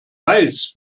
weiß